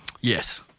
Yes